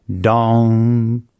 Dong